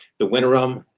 the winterim,